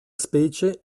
specie